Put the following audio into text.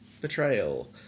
Betrayal